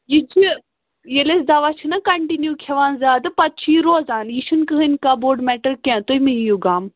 یہِ چھِ ییٚلہِ أسۍ دوا چھِنہٕ کَنٹِنیوٗ کھیٚوان زیادٕ پتہٕ چھِ یہِ روزان یہِ چھِنہٕ کٔہٕنۍ کانٛہہ بوٚڈ میٚٹَر کیٚنہہ تُہۍ مٔہ ہیٚیُو غم